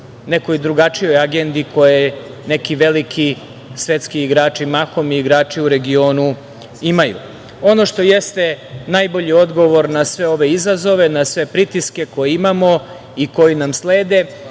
nekoj drugačijoj agendi koje neki veliki svetski mahom i igrači u regionu imaju. Ono što jeste najbolji odgovor na sve ove izazove, na sve pritiske koje imamo i koji nam slede